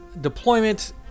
deployment